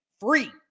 free